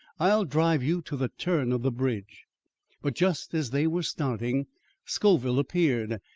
i'll drive you to the turn of the bridge but just as they were starting scoville appeared.